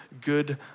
good